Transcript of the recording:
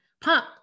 pump